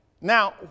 Now